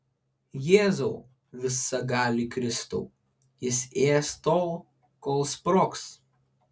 jėzau visagali kristau jis ės tol kol sprogs